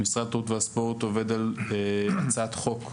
משרד התרבות והספורט עובד על הצעת חוק,